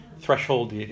threshold